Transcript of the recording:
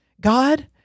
God